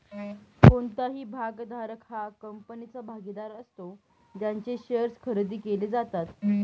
कोणताही भागधारक हा कंपनीचा भागीदार असतो ज्यांचे शेअर्स खरेदी केले जातात